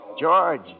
George